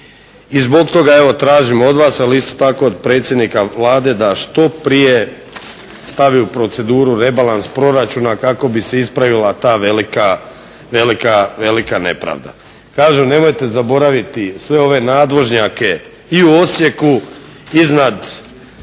i zbog toga evo tražim od vas, ali isto tako od predsjednika Vlade da što prije stavi u proceduru rebalans proračuna kako bi se ispravila ta velika nepravda. Kažem, nemojte zaboraviti sve ove nadvožnjake i u Osijeku iznad